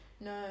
No